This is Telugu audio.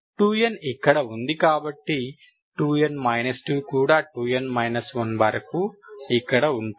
2n ఇక్కడ ఉంది కాబట్టి 2n 2 కూడా 2n 1 వరకు ఇక్కడ ఉంటుంది